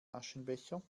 aschenbecher